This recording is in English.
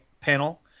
panel